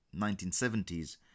1970s